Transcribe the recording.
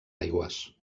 aigües